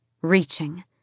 Reaching